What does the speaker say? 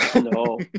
no